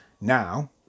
now